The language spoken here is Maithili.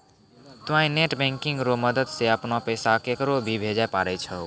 तोंय नेट बैंकिंग रो मदद से अपनो पैसा केकरो भी भेजै पारै छहो